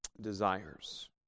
desires